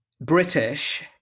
British